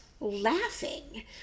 laughing